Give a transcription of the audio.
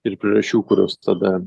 ir priežasčių kurios tada